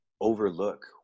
overlook